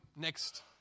next